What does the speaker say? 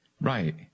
Right